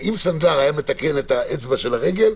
סנדלר היה מתקן את האצבע של הרגל,